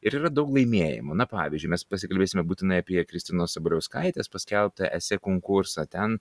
ir yra daug laimėjimų na pavyzdžiui mes pasikalbėsime būtinai apie kristinos sabaliauskaitės paskelbtą esė konkursą ten